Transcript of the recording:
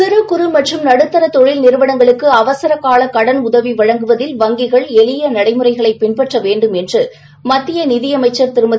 சிறு குறு நடுத்தர தொழில் நிறுவனங்களுக்கு அவசர கால கடன் உதவி வழங்குவதில் வங்கிகள் எளிய நடைமுறைகளை பின்பற்ற வேண்டும் என்று மத்திய நிதியமைச்சர் திருமதி